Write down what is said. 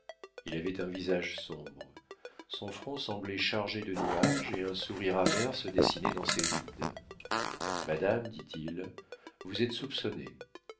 il avait un visage sombre son front semblait chargé de nuages et un sourire amer se dessinait dans ses rides madame dit-il vous êtes soupçonnée